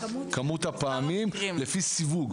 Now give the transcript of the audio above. כמות הפעמים, לפי סיווג